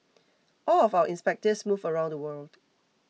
all of our inspectors move around the world